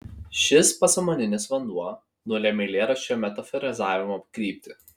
šis pasąmoninis vanduo nulemia eilėraščio metaforizavimo kryptį